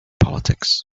politics